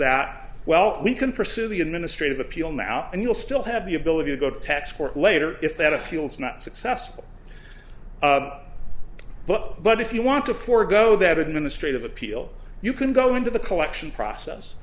that well we can pursue the administrative appeal now and you'll still have the ability to go to tax court later if that appeals not successful but but if you want to forego that administrative appeal you can go into the collection process